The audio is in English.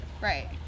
Right